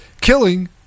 killing